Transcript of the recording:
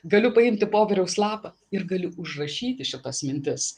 galiu paimti popieriaus lapą ir galiu užrašyti šitas mintis